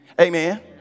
amen